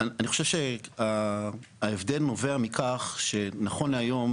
אני חושב שההבדל נובע מכך שנכון להיום,